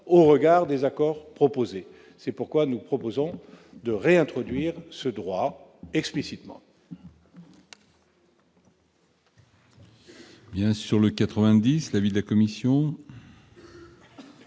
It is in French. au regard des accords proposés ? C'est pourquoi nous proposons de réintroduire ce droit explicitement.